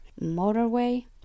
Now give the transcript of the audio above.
motorway